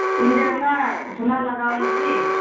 ᱤᱧ ᱡᱮ ᱚᱱᱟ ᱥᱳᱱᱟ ᱞᱟᱜᱟᱣ ᱟᱹᱧ ᱠᱮ